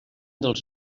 dels